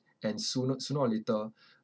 and sooner sooner or later